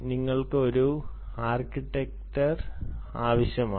നിങ്ങൾക്ക് ഒരു ആർക്കിടെക്ചർ ആവശ്യമാണ്